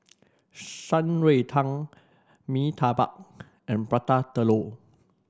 Shan Rui Tang Mee Tai Mak and Prata Telur